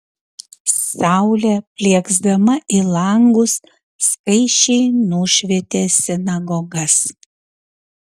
saulė plieksdama į langus skaisčiai nušvietė sinagogas